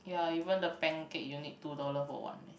ya even the pancake you need two dollar for one eh